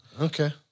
Okay